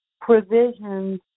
provisions